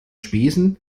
spesen